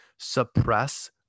suppress